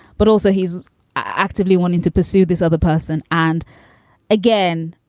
but also he's actively wanting to pursue this other person. and again,